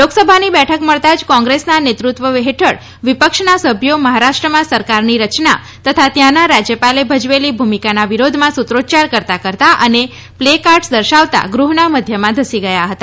લોકસભાની બેઠક મળતાં જ કોંગ્રેસના નેતૃત્વ હેઠળ વિપક્ષના સભ્યો મહારાષ્ટ્રમાં સરકારની રચના તથા ત્યાંના રાજ્યપાલે ભજવેલી ભૂમિકાના વિરોધમાં સૂત્રોચ્યાર કરતાં કરતાં અને પ્લે કાર્ડસ દર્શાવતા ગૃહના મધ્યમાં ધસી ગયા હતા